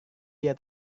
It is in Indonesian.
dia